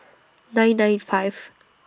nine nine five